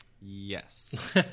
Yes